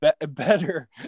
better